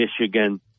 Michigan